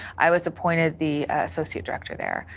i was appointed the associate director there.